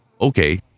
okay